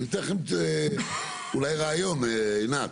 אני אתן לכם אולי רעיון, עינת.